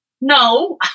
No